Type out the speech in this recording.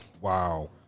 Wow